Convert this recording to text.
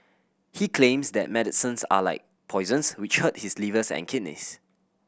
he claims that medicines are like poisons which hurt his livers and kidneys